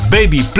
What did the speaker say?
Baby